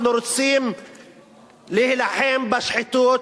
אנחנו רוצים להילחם בשחיתות.